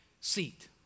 seat